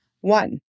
One